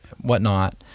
whatnot